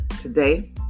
today